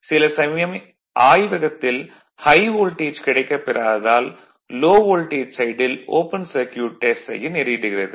சில சமயம் ஆய்வகத்தில் ஹை வோல்டேஜ் கிடைக்கப் பெறாததால் லோ வோல்டேஜ் சைடில் ஓபன் சர்க்யூட் டெஸ்ட் செய்ய நேரிடுகிறது